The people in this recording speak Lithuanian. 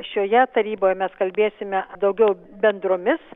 šioje taryboj mes kalbėsime daugiau bendromis